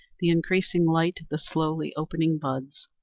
the increasing light, the slowly opening buds,